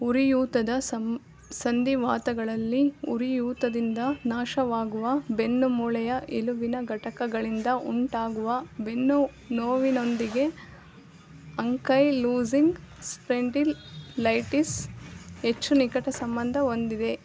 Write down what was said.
ಉರಿಯೂತದ ಸಂ ಸಂಧಿವಾತಗಳಲ್ಲಿ ಉರಿಯೂತದಿಂದ ನಾಶವಾಗುವ ಬೆನ್ನು ಮೂಳೆಯ ಎಲುಬಿನ ಘಟಕಗಳಿಂದ ಉಂಟಾಗುವ ಬೆನ್ನು ನೋವಿನೊಂದಿಗೆ ಅಂಕೈಲೂಸಿಂಗ್ ಸ್ಪೆಂಡಿಲ್ಲೈಟಿಸ್ ಹೆಚ್ಚು ನಿಕಟ ಸಂಬಂಧ ಹೊಂದಿದೆ